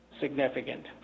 significant